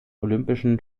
olympischen